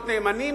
להיות נאמנים